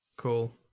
cool